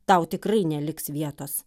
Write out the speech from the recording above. tau tikrai neliks vietos